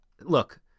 Look